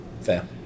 fair